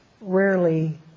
rarely